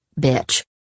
bitch